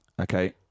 Okay